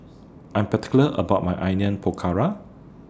I'm particular about My Onion Pakora